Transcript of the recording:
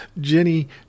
Jenny